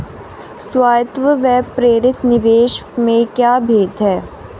स्वायत्त व प्रेरित निवेश में क्या भेद है?